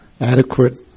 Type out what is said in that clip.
adequate